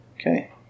Okay